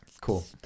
Cool